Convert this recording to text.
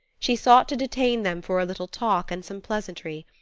she sought to detain them for a little talk and some pleasantry.